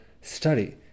study